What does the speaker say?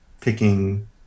picking